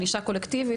ענישה קולקטיבית,